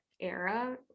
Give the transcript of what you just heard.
era